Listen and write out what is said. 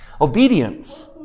Obedience